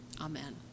amen